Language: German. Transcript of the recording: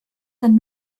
denn